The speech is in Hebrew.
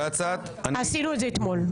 עשינו את זה אתמול.